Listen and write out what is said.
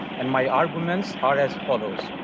and my arguments are as follows.